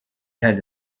had